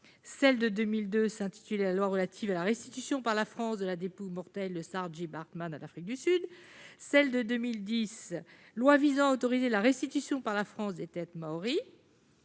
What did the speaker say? : loi de 2002 relative à la restitution par la France de la dépouille mortelle de Saartjie Baartman à l'Afrique du Sud et loi de 2010 visant à autoriser la restitution par la France des têtes maories